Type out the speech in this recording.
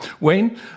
Wayne